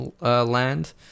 land